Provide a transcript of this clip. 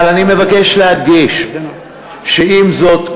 אבל אני מבקש להדגיש שעם זאת,